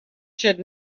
should